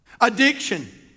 addiction